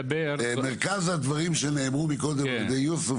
מרכז הדברים שנאמרו קודם על ידי יוסף